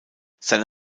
seine